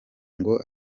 ngo